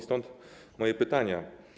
Stąd moje pytania.